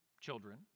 children